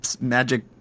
magic